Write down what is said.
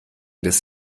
des